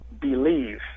believe